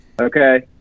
Okay